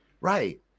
Right